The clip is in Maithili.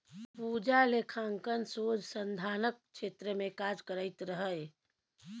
पूजा लेखांकन शोध संधानक क्षेत्र मे काज करैत रहय